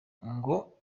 ngo